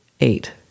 eight